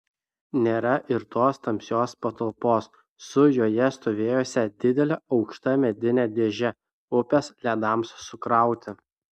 nėra ir tos tamsios patalpos su joje stovėjusia didele aukšta medine dėže upės ledams sukrauti